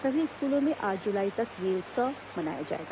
सभी स्कूलों में आठ जुलाई तक यह उत्सव मनाया जाएगा